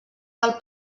del